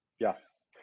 yes